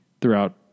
throughout